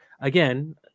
again